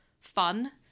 fun